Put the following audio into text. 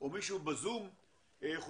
אנחנו